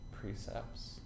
precepts